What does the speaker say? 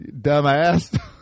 dumbass